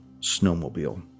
snowmobile